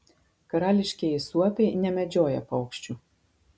karališkieji suopiai nemedžioja paukščių